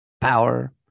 power